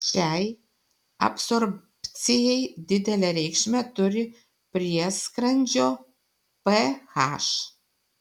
šiai absorbcijai didelę reikšmę turi prieskrandžio ph